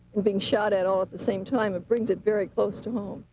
and being shot at all at the same time, it brings it very close to home.